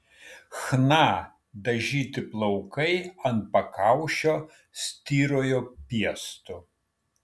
chna dažyti plaukai ant pakaušio styrojo piestu